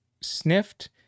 sniffed